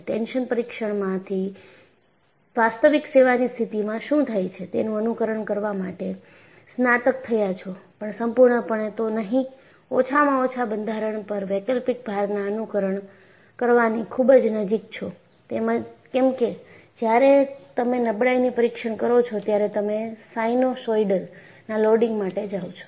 tension પરીક્ષણમાંથી વાસ્તવિક સેવાની સ્થિતિમાં શું થાય છે તેનું અનુકરણ કરવા માટે સ્નાતક થયા છો પણ સંપૂર્ણપણે તો નહીં ઓછામાં ઓછા બંધારણ પર વૈકલ્પિક ભારનાં અનુકરણ કરવાની ખૂબ જ નજીક છો કેમ કે જ્યારે તમે નબળાઈની પરીક્ષણ કરો છો ત્યારે તમે સાઇનસૉઇડલના લોડિંગ માટે જાઓ છો